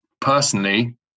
Personally